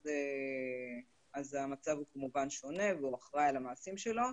אז המצב הוא כמובן שונה והוא אחראי על המעשים שלו.